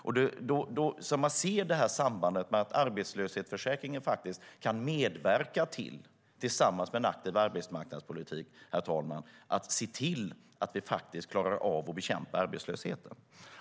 Det är viktigt att man ser sambandet: Arbetslöshetsförsäkringen kan faktiskt, tillsammans med en aktiv arbetsmarknadspolitik, medverka till att vi klarar av att bekämpa arbetslösheten.